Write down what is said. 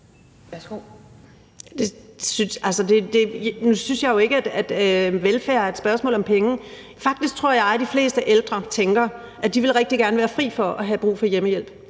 Nu synes jeg jo ikke, at velfærd er et spørgsmål om penge. Faktisk tror jeg, de fleste ældre tænker, at de rigtig gerne vil være fri for at have brug for hjemmehjælp.